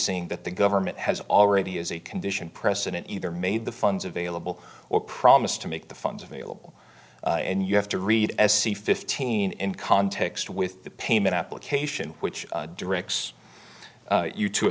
seeing that the government has already as a condition precedent either made the funds available or promised to make the funds available and you have to read se fifteen in context with the payment application which directs you to